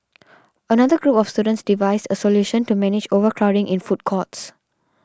another group of students devised a solution to manage overcrowding in food courts